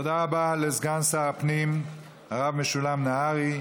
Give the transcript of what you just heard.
תודה רבה לסגן שר הפנים הרב משולם נהרי.